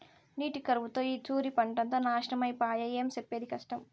నీటి కరువుతో ఈ తూరి పంటంతా నాశనమై పాయె, ఏం సెప్పేది కష్టం